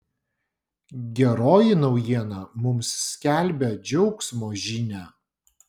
geroji naujiena mums skelbia džiaugsmo žinią